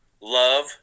love